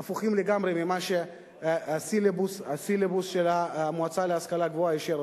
והם הפוכים לגמרי ממה שהסילבוס של המועצה להשכלה גבוהה אישר.